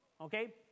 okay